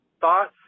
Thoughts